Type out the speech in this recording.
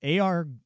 AR